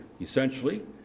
Essentially